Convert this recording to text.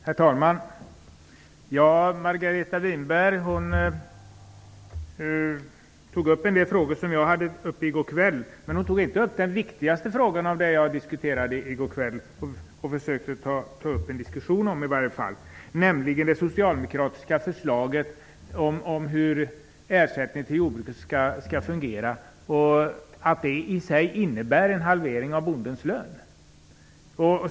Herr talman! Margareta Winberg tog upp en del av frågorna som jag talade om i går kväll, men hon tog inte upp den viktigaste, som jag försökte få en diskussion om, nämligen det socialdemokratiska förslaget om hur ersättningen till jordbruket skall fungera. Det socialdemokratiska förslaget innebär i sig en halvering av bondens lön.